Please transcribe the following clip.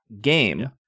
game